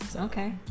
Okay